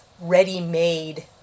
ready-made